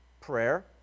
prayer